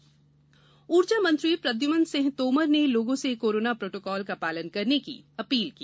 जन आंदोलन ऊर्जा मंत्री प्रद्युम्न सिंह तोमर ने लोगों से कोरोना प्रोटोकॉल का पालन करने की अपील की